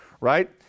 right